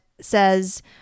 says